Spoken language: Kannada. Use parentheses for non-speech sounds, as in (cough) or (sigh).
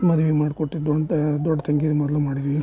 ಮದುವೆ ಮಾಡ್ಕೊಟ್ಟಿದ್ದು (unintelligible) ದೊಡ್ಡ ತಂಗಿದು ಮೊದಲು ಮಾಡಿದ್ವಿ